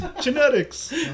genetics